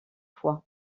fois